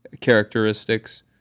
characteristics